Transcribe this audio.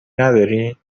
نداری